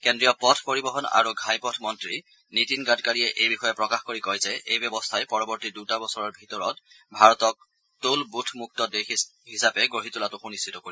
কেন্দ্ৰীয় পথ পৰিবহণ আৰু ঘাইপথ মন্ত্ৰী নীতিন গাডকাৰীয়ে এই বিষয়ে প্ৰকাশ কৰি কয় যে এই ব্যৱস্থাই পৰৱৰ্তী দুটা বছৰৰ ভিতৰত ভাৰতক টোল বুথ মুক্ত দেশ হিচাপ গঢ়ি তোলাটো সুনিশ্চিত কৰিব